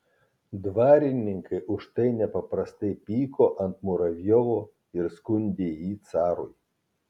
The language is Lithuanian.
dvarininkai už tai nepaprastai pyko ant muravjovo ir skundė jį carui